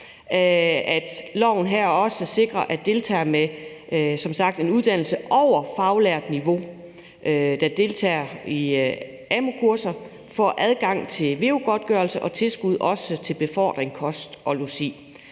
at loven her også sikrer, at deltagere med en uddannelse over faglært niveau, som deltager i amu-kurser, får adgang til veu-godtgørelse og får tilskud til befordring, kost og logi.